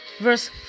verse